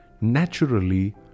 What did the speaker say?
naturally